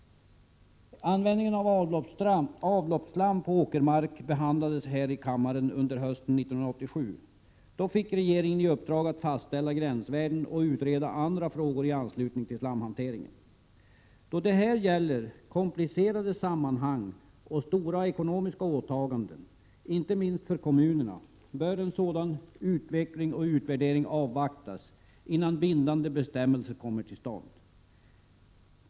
Användningen av avloppsslam på åkermark behandlades här i kammaren under hösten 1987. Då fick regeringen i uppdrag att fastställa gränsvärden och utreda andra frågor i anslutning till slamhanteringen. Eftersom det här är fråga om komplicerade sammanhang och stora ekonomiska åtaganden — inte minst för kommunerna — bör en sådan utveckling och utvärdering avvaktas innan bindande bestämmelser kommer till stånd.